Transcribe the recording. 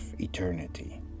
eternity